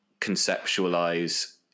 conceptualize